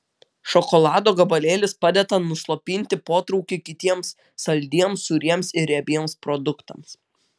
šokolado gabalėlis padeda nuslopinti potraukį kitiems saldiems sūriems ir riebiems produktams